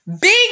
big